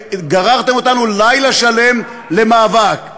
גררתם אותנו לילה שלם למאבק.